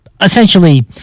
essentially